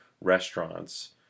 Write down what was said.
restaurants